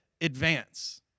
advance